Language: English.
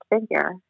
figure